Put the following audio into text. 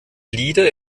lieder